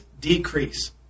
decrease